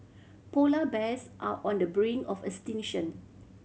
polar bears are on the brink of extinction